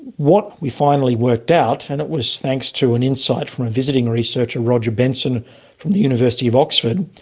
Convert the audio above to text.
what we finally worked out, and it was thanks to an insight from a visiting researcher, roger benson from the university of oxford,